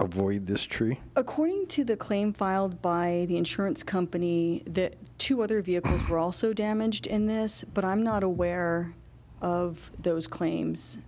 avoid this tree according to the claim filed by the insurance company that two other vehicles were also damaged in this but i'm not aware of those claims